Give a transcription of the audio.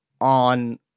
on